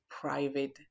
private